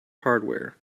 hardware